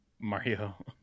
mario